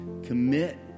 commit